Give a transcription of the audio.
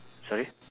sorry